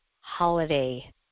holiday